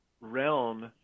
realm